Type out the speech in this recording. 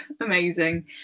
amazing